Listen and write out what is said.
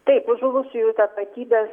taip žuvusiųjų tapatybės